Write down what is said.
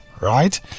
Right